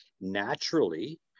naturally